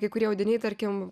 kai kurie audiniai tarkim